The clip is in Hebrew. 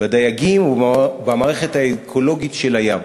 בדייגים ובמערכת האקולוגית של הים.